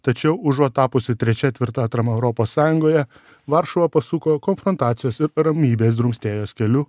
tačiau užuot tapusi trečia tvirta atrama europos sąjungoje varšuva pasuko konfrontacijos ir ramybės drumstėjos keliu